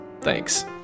Thanks